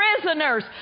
prisoners